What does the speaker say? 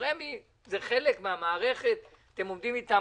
רמ"י זה חלק מן המערכת, אתם עומדים איתם